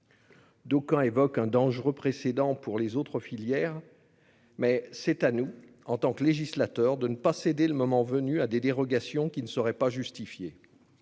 D'aucuns évoquent un « dangereux précédent » pour les autres filières. Mais c'est à nous, en tant que législateur, de ne pas céder le moment venu à des dérogations qui ne seraient pas justifiées.